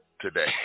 today